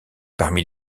parmi